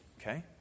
Okay